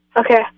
Okay